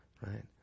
Right